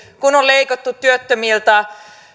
kun on leikattu työttömiltä